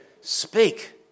speak